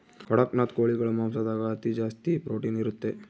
ಕಡಖ್ನಾಥ್ ಕೋಳಿಗಳ ಮಾಂಸದಾಗ ಅತಿ ಜಾಸ್ತಿ ಪ್ರೊಟೀನ್ ಇರುತ್ತೆ